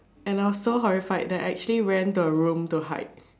and I was so horrified that I actually went to a room to hide